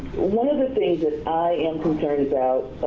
one of the things that i am concerned about